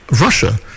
Russia